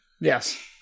Yes